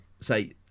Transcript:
Say